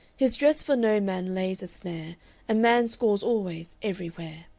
his dress for no man lays a snare a man scores always, everywhere.